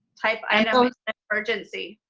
type i know urgency.